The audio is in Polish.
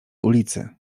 ulicy